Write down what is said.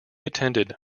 attended